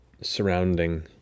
surrounding